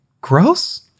Gross